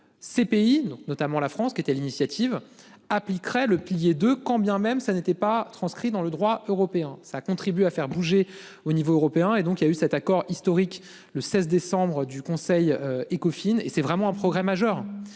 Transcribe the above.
ces pays, notamment la France qui était l'initiative appliquerait le pilier de quand bien même ça n'était pas transcrit dans le droit européen, ça contribue à faire bouger au niveau européen et donc il y a eu cet accord historique le 16 décembre du Conseil Ecofine et c'est vraiment un progrès majeur,